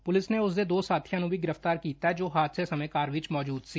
police ਨੇ ਉਸਦੇ ਦੋ ਸਾਬੀਆਂ ਨੂੰ ਵੀ ਗ੍ਰਿਫਤਾਰ ਕੀਤਾ ਜੋ ਹਾਦਸੇ ਸਮੇਂ ਕਾਰ ਵਿੱਚ ਮੌਜੁਦ ਸੀ